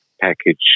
package